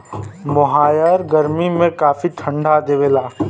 मोहायर गरमी में काफी ठंडा देवला